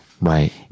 Right